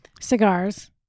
Cigars